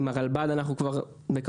לנסיבות שלו,